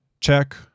Check